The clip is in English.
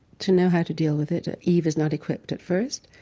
to know how to deal with it. eve is not equipped at first,